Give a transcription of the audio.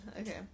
Okay